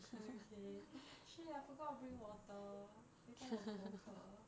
okay shit I forgot to bring water later 我口渴